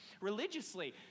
religiously